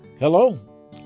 Hello